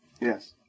Yes